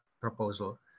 proposal